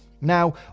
Now